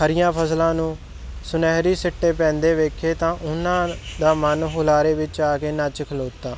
ਹਰੀਆਂ ਫਸਲਾਂ ਨੂੰ ਸੁਨਹਿਰੀ ਸਿੱਟੇ ਪੈਂਦੇ ਵੇਖੇ ਤਾਂ ਉਹਨਾਂ ਦਾ ਮਨ ਹੁਲਾਰੇ ਵਿੱਚ ਆ ਕੇ ਨੱਚ ਖਲੋਤਾ